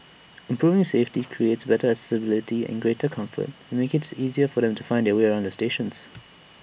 improving safety creating better accessibility in greater comfort and making IT easier for them to find their way around the stations